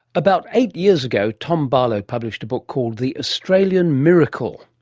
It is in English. about eight years ago tom barlow published a book called the australian miracle.